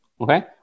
Okay